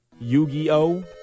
Yu-Gi-Oh